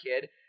kid